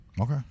Okay